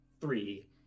Three